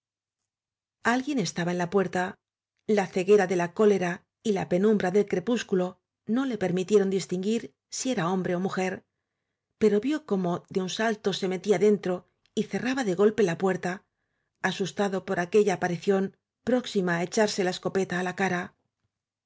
alguien estaba en la puerta la ceguera ele la cólera y la penumbra del crepúsculo no le permitieron distinguir si era hombre ó ibáñez mujer pero vió como de un salto se metía dentro y cerraba de golpe la puerta asustado por aquella aparición próxima á echarse la escopeta á la cara